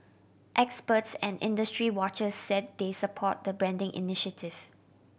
experts and industry watchers said they support the branding initiative